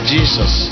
Jesus